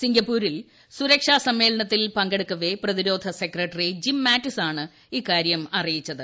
സിംഗപൂരിൽ സൂരക്ഷാ സമ്മേളനത്തിൽ പങ്കെടുക്കവേ പ്രതിരോധ സെക്രട്ടറി ജിംമാറ്റിസാണ് ഇക്കാര്യം അറിയിച്ചത്